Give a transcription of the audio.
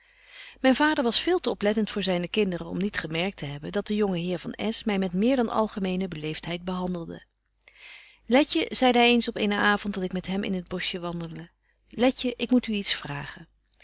myn vader was veel te oplettent voor zyne kinderen om niet gemerkt te hebben dat de jonge heer van s my met meer dan algemene betje wolff en aagje deken historie van mejuffrouw sara burgerhart beleeftheid behandelde letje zeide hy eens op eenen avond dat ik met hem in het boschje wandelde letje ik moet u iets vragen